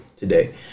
today